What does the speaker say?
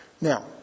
Now